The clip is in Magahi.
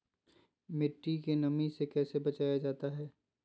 मट्टी के नमी से कैसे बचाया जाता हैं?